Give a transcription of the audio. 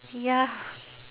ya